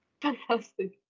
Fantastic